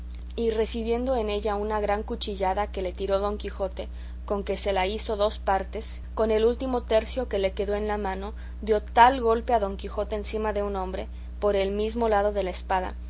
y recibiendo en ella una gran cuchillada que le tiró don quijote con que se la hizo dos partes con el último tercio que le quedó en la mano dio tal golpe a don quijote encima de un hombro por el mismo lado de la espada